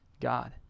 God